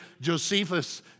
Josephus